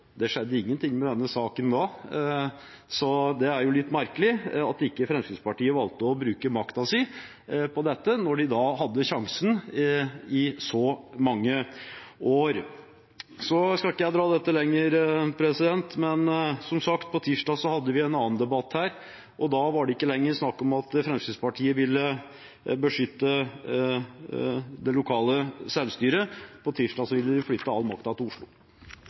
Det skjedde ingenting med denne saken da, så det er litt merkelig at Fremskrittspartiet ikke valgte å bruke makten sin på dette da de hadde sjansen i så mange år. Jeg skal ikke dra dette lenger, men på tirsdag hadde vi som sagt en annen debatt her. Da var det ikke snakk om at Fremskrittspartiet ville beskytte det lokale selvstyret. På tirsdag ville de flytte all makten til Oslo.